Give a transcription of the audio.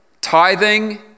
tithing